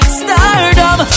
stardom